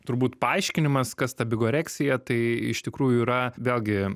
turbūt paaiškinimas kas ta bigoreksija tai iš tikrųjų yra vėlgi